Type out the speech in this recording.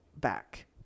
back